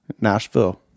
nashville